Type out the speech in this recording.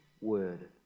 word